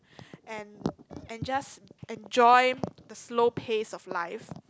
and and just enjoy the slow pace of life